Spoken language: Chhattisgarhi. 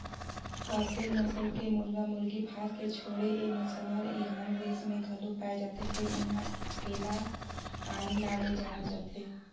असेल नसल के मुरगा मुरगी भारत के छोड़े ए नसल हर ईरान देस में घलो पाये जाथे फेर उन्हा एला आने नांव ले जानल जाथे